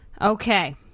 Okay